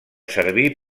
servir